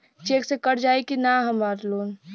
Check से cut जाई की ना हमार लोन?